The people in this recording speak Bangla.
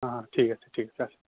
হ্যাঁ হ্যাঁ ঠিক আছে ঠিক আছে আসুন